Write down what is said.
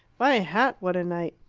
my hat, what a night!